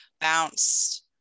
bounced